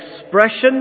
expression